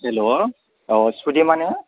हेल' औ सुदेमा ने